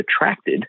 attracted